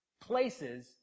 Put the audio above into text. places